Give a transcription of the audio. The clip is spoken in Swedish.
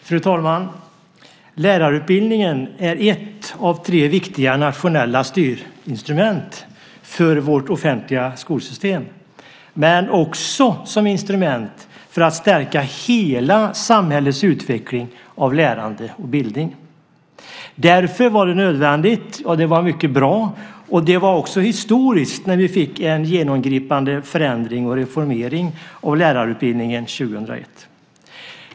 Fru talman! Lärarutbildningen är ett av tre viktiga nationella styrinstrument för vårt offentliga skolsystem men också ett instrument för att stärka hela samhällets utveckling av lärande och bildning. Därför var det nödvändigt, mycket bra och också historiskt när vi fick en genomgripande förändring och reformering av lärarutbildningen 2001.